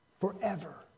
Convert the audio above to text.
Forever